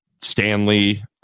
Stanley